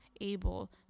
able